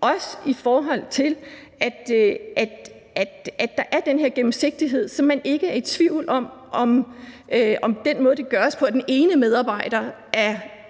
også i forhold til at der er den her gennemsigtighed, så man ikke er i tvivl om, at den måde, det gøres på af den ene medarbejder,